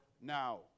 now